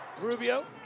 Rubio